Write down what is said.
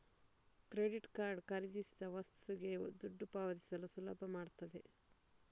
credit card ಖರೀದಿಸಿದ ವಸ್ತುಗೆ ದುಡ್ಡು ಪಾವತಿಸಲು ಸುಲಭ ಮಾಡ್ತದೆ